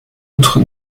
outre